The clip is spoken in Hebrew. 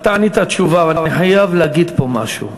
אתה ענית תשובה, ואני חייב להגיד פה משהו.